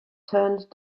turned